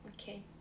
okay